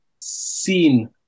seen